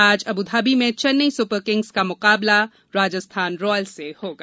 आज Abu Dhabi में Chennai Super Kings का मुकाबला राजस्थान रॉयल्स से होगा